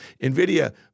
NVIDIA